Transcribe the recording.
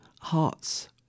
Heart's